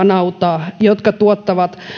nautaa jotka tuottavat